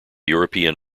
european